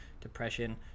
depression